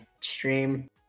stream